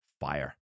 Fire